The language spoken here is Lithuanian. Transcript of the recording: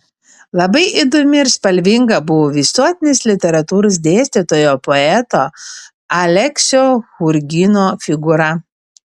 labai įdomi ir spalvinga buvo visuotinės literatūros dėstytojo poeto aleksio churgino figūra